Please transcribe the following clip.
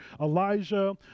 Elijah